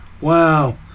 Wow